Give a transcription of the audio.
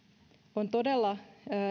on todella